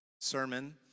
sermon